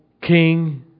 King